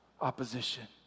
opposition